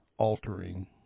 altering